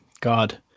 God